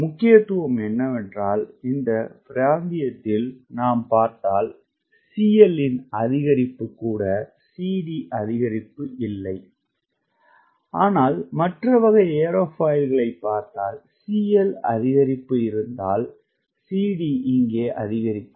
முக்கியத்துவம் என்னவென்றால் இந்த பிராந்தியத்தில் நாம் பார்த்தால் CL இன் அதிகரிப்பு கூட CD அதிகரிப்பு இல்லை ஆனால் மற்ற வகை ஏரோஃபாயில்களைப் பார்த்தால் CL அதிகரிப்பு இருந்தால் CD இங்கேயே அதிகரிக்கும்